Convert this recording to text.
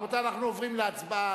רבותי, אנחנו עוברים להצבעה.